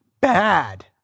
bad